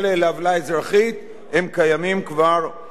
הם קיימים כבר בחוק ואין בהם צורך.